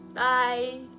Bye